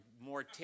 more